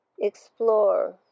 Explore